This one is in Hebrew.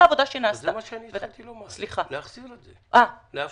אני מבקש להחזיר את זה, לאפשר.